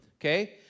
okay